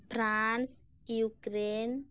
France Europe